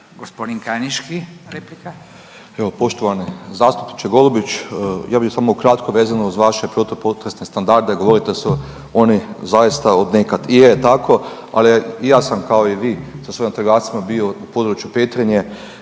Goran (HDZ)** Evo poštovani zastupniče Golubić, ja bi samo kratko vezano uz vaše protupotresne standarde. Govorite da su oni zaista od nekad. I je tako ali i ja sam kao i vi sa svojim vatrogascima bio u području Petrinje